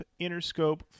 Interscope